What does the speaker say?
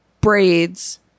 braids